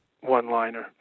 one-liner